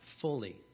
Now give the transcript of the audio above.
fully